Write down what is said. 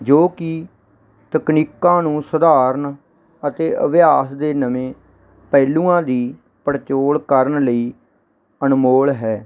ਜੋ ਕਿ ਤਕਨੀਕਾਂ ਨੂੰ ਸੁਧਾਰਨ ਅਤੇ ਅਭਿਆਸ ਦੇ ਨਵੇਂ ਪਹਿਲੂਆਂ ਦੀ ਪੜਚੋਲ ਕਰਨ ਲਈ ਅਨਮੋਲ ਹੈ